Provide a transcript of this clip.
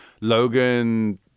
Logan